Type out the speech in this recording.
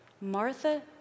Martha